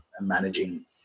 managing